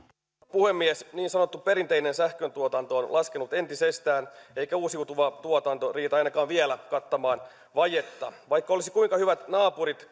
puhemies niin sanottu perinteinen sähköntuotanto on laskenut entisestään eikä uusiutuva tuotanto riitä ainakaan vielä kattamaan vajetta vaikka olisi kuinka hyvät naapurit